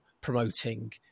promoting